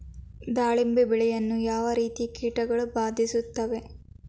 ದಾಳಿಂಬೆ ಬೆಳೆಯನ್ನು ಯಾವ ರೀತಿಯ ಕೀಟಗಳು ಬಾಧಿಸುತ್ತಿವೆ?